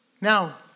Now